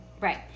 Right